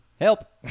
Help